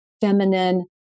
feminine